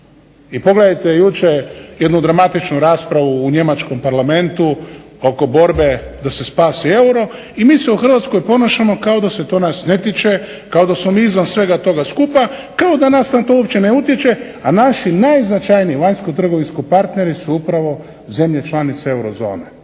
I pogledajte jučer jednu dramatičnu raspravu u njemačkom Parlamentu oko borbe da se spasi euro, i mi se u Hrvatskoj ponašamo kao da se to nas tiče, kao da smo mi izvan svega toga skupa, kao da na nas to uopće ne utječe, a naši najznačajniji vanjskotrgovinski partneri su upravo zemlje članice eurozone.